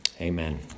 Amen